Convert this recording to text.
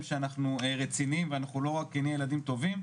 שאנחנו רציניים ולא רק נהיה ילדים טובים,